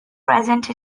present